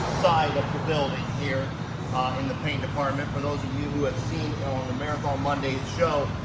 side of the building here um in the paint department. for those of you who have seen the marathon monday's show,